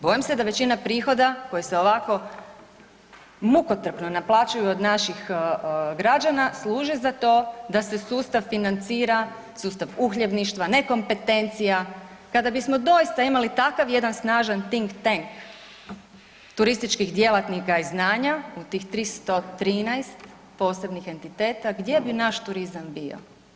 Bojim se da većina prihoda koji se ovako mukotrpno naplaćuju od naših građana služe za to da se sustav financira, sustav uhljebništva, nekompetencija, kada bismo doista imali takav jedan snažan tin ten turističkih djelatnika i znanja u tih 313 posebnih entiteta gdje bi naš turizam bio?